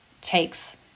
takes